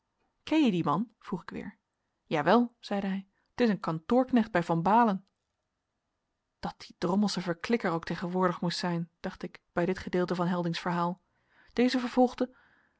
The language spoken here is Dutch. ken je dien man vroeg ik weer jawel zeide hij t is een kantoorknecht bij van baalen dat die drommelsche verklikker ook tegenwoordig moest zijn dacht ik bij dit gedeelte van heldings verhaal deze vervolgde